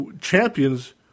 champions